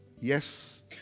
yes